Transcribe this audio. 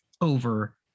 over